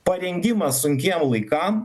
parengimas sunkiem laikam